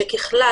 שככלל,